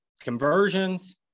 Conversions